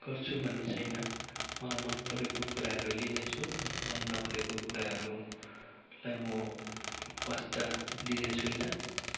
गर्छु भन्ने छैन मलाई मन परेको कुराहरू लिने छु मन नपरेको कुराहरूलाई म वास्ता दिने छुइनँ